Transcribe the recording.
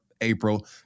April